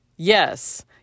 Yes